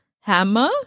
hammer